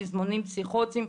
תזמונים פסיכוטיים,